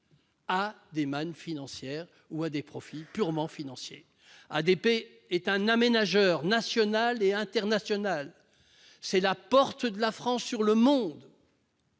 à des mannes financières ou à des profits purement financiers ? ADP est un aménageur national et international, c'est la porte de la France sur le monde,